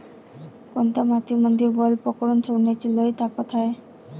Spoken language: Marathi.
कोनत्या मातीमंदी वल पकडून ठेवण्याची लई ताकद हाये?